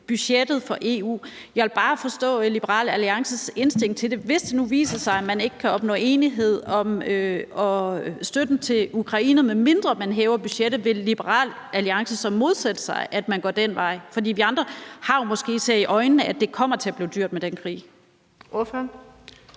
budgettet for EU. Jeg vil bare forstå Liberal Alliances indstilling til det: Hvis det nu viser sig, at man ikke kan opnå enighed om støtten til Ukraine, medmindre man hæver budgettet, vil Liberal Alliance så modsætte sig, at man går den vej? For vi andre har jo måske set i øjnene, at det kommer til at blive dyrt med den krig.